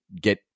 get